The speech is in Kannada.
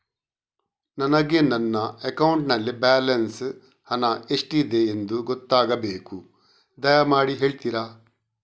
ನನಗೆ ನನ್ನ ಅಕೌಂಟಲ್ಲಿ ಬ್ಯಾಲೆನ್ಸ್ ಹಣ ಎಷ್ಟಿದೆ ಎಂದು ಗೊತ್ತಾಗಬೇಕು, ದಯಮಾಡಿ ಹೇಳ್ತಿರಾ?